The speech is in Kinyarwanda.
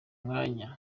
umwanya